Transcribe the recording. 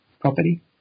Property